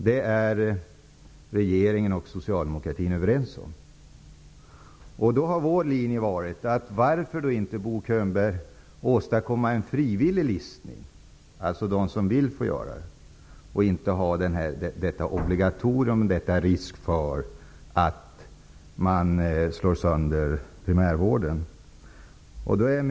Det är regeringen och Socialdemokraterna överens om. Varför kan man då inte åstadkomma en frivillig listning, Bo Könberg? Vår linje har varit att de som vill lista sig skall få göra det och inte att man skall ha detta obligatorium, denna risk för att primärvården skall slås sönder. Det ser ju inte likadant ut överallt i Sverige.